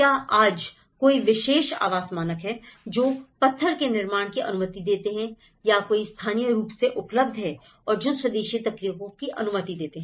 क्या आज कोई विशेष आवास मानक हैं जो पत्थर के निर्माण की अनुमति देते हैं या जो स्थानीय रूप से उपलब्ध है और जो स्वदेशी तरीकों की अनुमति देते हैं